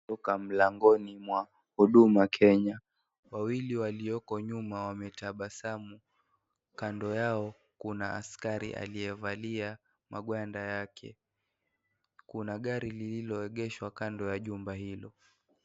Kutoka mlangoni mwa huduma Kenya wawili walioko nyuma wametabasamu, kando yao kuna askari aliyevalia mawanda yake, kuna gari lililoegeshwa kando ya jumba hilo.